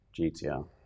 GTR